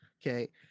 okay